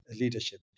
Leadership